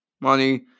Money